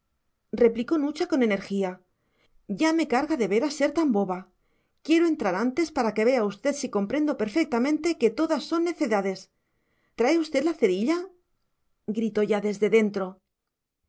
falta no replicó nucha con energía ya me carga de veras ser tan boba quiero entrar antes para que vea usted si comprendo perfectamente que todas son necedades trae usted la cerilla gritó ya desde dentro